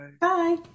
Bye